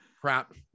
crap